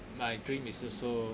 my dream is also